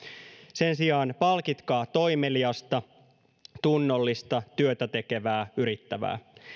sen sijaan palkitaan toimeliasta tunnollista työtä tekevää yrittävää